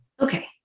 Okay